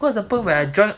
cause the point where I join